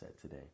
today